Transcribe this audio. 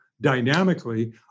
dynamically